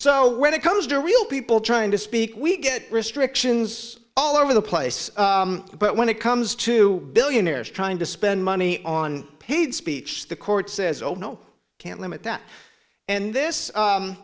so when it comes to real people trying to speak we get restrictions all over the place but when it comes to billionaires trying to spend money on paid speech the court says oh no can't limit that and this